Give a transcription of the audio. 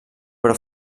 però